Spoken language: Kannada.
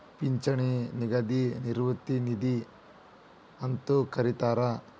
ಪಿಂಚಣಿ ನಿಧಿಗ ನಿವೃತ್ತಿ ನಿಧಿ ಅಂತೂ ಕರಿತಾರ